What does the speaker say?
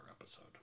episode